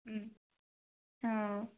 ಹ್ಞೂ ಹಾಂ